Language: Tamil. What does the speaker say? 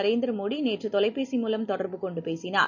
நரேந்திர மோடி நேற்று தொலைபேசி மூலம் தொடர்பு கொண்டு பேசினார்